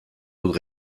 dut